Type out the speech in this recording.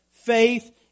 faith